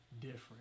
different